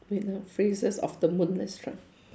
wait ah phrases of the moon let's try